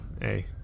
hey